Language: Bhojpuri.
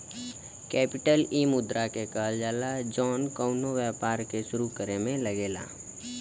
केपिटल इ मुद्रा के कहल जाला जौन कउनो व्यापार के सुरू करे मे लगेला